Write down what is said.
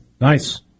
Nice